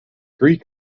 three